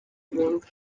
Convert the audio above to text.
bumva